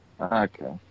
Okay